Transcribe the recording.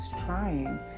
trying